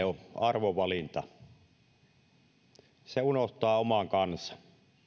on arvovalinta se unohtaa oman kansan